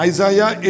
Isaiah